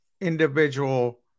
individual